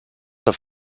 have